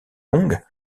longue